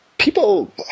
People –